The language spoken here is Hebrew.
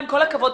הכבוד,